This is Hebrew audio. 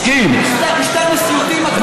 וזה מתחיל בזה שמגיע הדון ז'ואן שבסך